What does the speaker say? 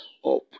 up